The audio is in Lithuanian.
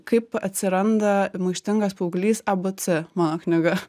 kaip atsiranda maištingas paauglys abc mano knyga